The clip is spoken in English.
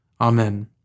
Amen